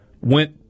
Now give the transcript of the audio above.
went